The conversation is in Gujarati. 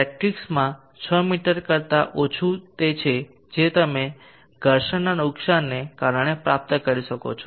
પ્રેક્ટિસમાં 6 મી કરતા ઓછું તે છે જે તમે ઘર્ષણના નુકસાનને કારણે પ્રાપ્ત કરી શકો છો